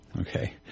okay